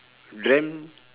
dreamt